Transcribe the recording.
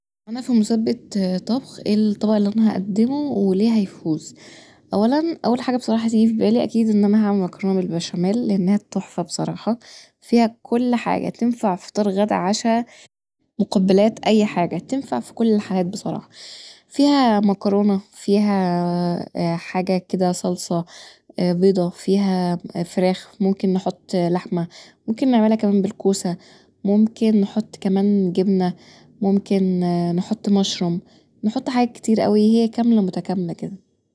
لو أنا في مسابقة طبخ ايه الطبق اللي انا هقدمه وليه هيفوز، اولا اول حاجه بقراحه هتيجي في بالي اكيد ان انا هعمل مكرونة بالبشاميل لانها تحفه بصراحه، فيها كل حاجه تنفع فطار غدا عشا مقبلات اي حاجه، تنفع في كل الحالات بصراحه فيها مكرونه فيها فيها حاجه كدا صلصه بيضه فيها فراخ، ممكن نحط لحمة ممكن نعملها كمان بالكوسة ممكن نحط كمان جبنة ممكن نحط ماشروم نحط حاجات كتير اوي هي كامله متكامله كدا